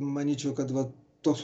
manyčiau kad vat toks